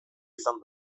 izan